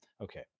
okay